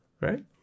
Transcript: Right